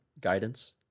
guidance